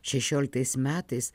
šešioliktais metais